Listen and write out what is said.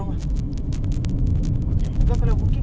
ah so at least cover everyone ah